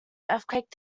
earthquake